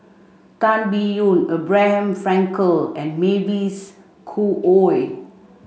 Tan Biyun Abraham Frankel and Mavis Khoo Oei